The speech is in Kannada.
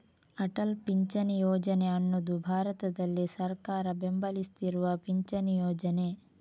ಅಟಲ್ ಪಿಂಚಣಿ ಯೋಜನೆ ಅನ್ನುದು ಭಾರತದಲ್ಲಿ ಸರ್ಕಾರ ಬೆಂಬಲಿಸ್ತಿರುವ ಪಿಂಚಣಿ ಯೋಜನೆ